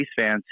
fans